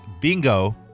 Bingo